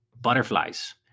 butterflies